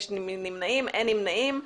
אין נמנעים.